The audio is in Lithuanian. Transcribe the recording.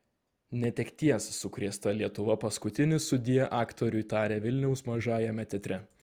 netekties sukrėsta lietuva paskutinį sudie aktoriui tarė vilniaus mažajame teatre